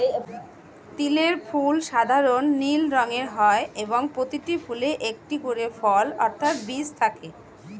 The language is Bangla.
তিলের ফুল সাধারণ নীল রঙের হয় এবং প্রতিটি ফুলে একটি করে ফল অর্থাৎ বীজ থাকে